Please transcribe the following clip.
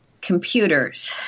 computers